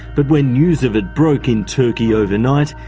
but when news of it broke in turkey overnight,